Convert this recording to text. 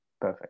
perfect